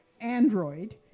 Android